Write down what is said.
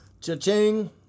Cha-ching